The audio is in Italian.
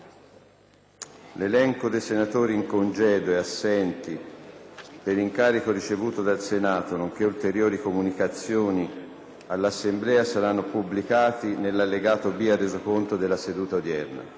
L'elenco dei senatori in congedo e assenti per incarico ricevuto dal Senato, nonché ulteriori comunicazioni all'Assemblea saranno pubblicati nell'allegato B al Resoconto della seduta odierna.